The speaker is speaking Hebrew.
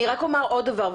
אני רק אומר עוד דבר,